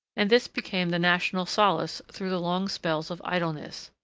and this became the national solace through the long spells of idleness.